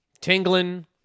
tingling